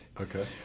Okay